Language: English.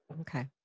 Okay